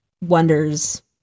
wonders